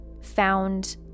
found